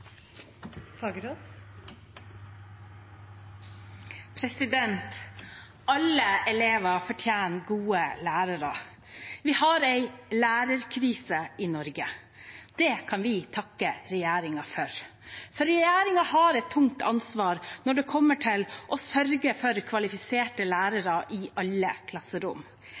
Alle elever fortjener gode lærere. Vi har en lærerkrise i Norge. Det kan vi takke regjeringen for. Regjeringen har et tungt ansvar når det gjelder å sørge for kvalifiserte lærere i alle klasserom.